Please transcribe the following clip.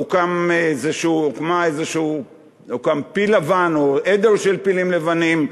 הוקם פיל לבן או עדר של פילים לבנים,